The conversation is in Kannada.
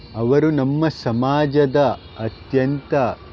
ಅವರು ನಮ್ಮ ಸಮಾಜದ ಅತ್ಯಂತ